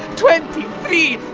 twenty three!